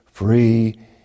Free